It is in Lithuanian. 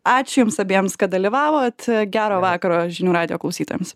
ačiū jums abiems kad dalyvavot gero vakaro žinių radijo klausytojams